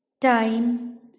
time